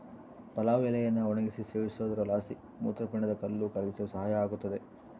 ಪಲಾವ್ ಎಲೆಯನ್ನು ಒಣಗಿಸಿ ಸೇವಿಸೋದ್ರಲಾಸಿ ಮೂತ್ರಪಿಂಡದ ಕಲ್ಲು ಕರಗಿಸಲು ಸಹಾಯ ಆಗುತ್ತದೆ